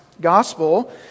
gospel